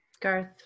Garth